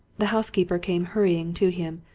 the housekeeper came hurrying to him,